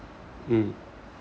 hmm